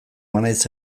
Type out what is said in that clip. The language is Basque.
banaiz